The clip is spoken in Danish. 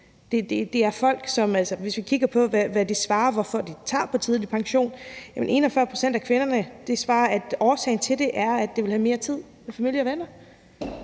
hvis vi kigger på, hvad de svarer om, hvorfor de går på tidlig pension, svarer 41 pct. af kvinderne, at årsagen til det er, at de vil have mere tid med familie og venner.